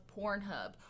Pornhub